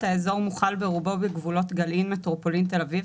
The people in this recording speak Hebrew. "(1)האזור מוכל ברובו בגבולות גלעין מטרופולין תל אביב,